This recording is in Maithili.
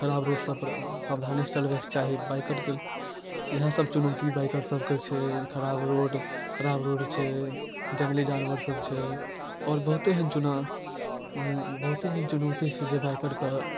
खराब रोड सबपर सावधानीसँ चलाबैके चाही बाइकरके इएह सब चुनौती बाइकर सबके छै खराब रोड खराब रोड छै जङ्गली जानवर सब छै आओर बहुत्ते एहन चुना बहुत्ते एहन चुनौती छै जे बाइकरके